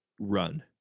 run